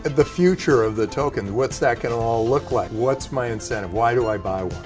and the future of the token. what's that gonna all look like? what's my incentive? why do i buy one?